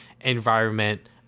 environment